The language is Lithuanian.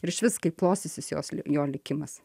ir išvis kaip klostysis jos jo likimas